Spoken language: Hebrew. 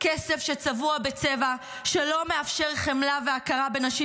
כסף שצבוע בצבע שלא מאפשר חמלה והכרה בנשים